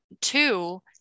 Two